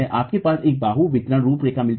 आपको एक बाहू विरूपण रुपरेखा मिलती है